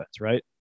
right